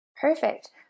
Perfect